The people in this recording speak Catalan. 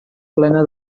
plena